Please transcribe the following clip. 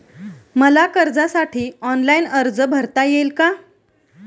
मला कर्जासाठी ऑनलाइन अर्ज भरता येईल का?